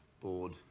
board